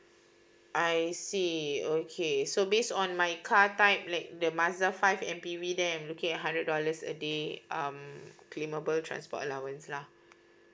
I see okay so based on my car type like the Mazda five M_P_V then I'm looking at hundred dollars a day mm claimable transport allowance lah